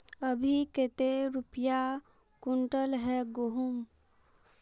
अभी कते रुपया कुंटल है गहुम?